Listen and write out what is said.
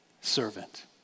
Servant